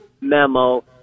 memo